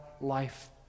life